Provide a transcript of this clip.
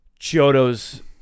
Chiodo's